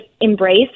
embrace